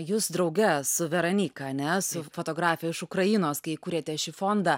jūs drauge su veronyka ane fotografe iš ukrainos kai įkūrėte šį fondą